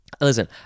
Listen